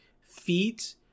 feet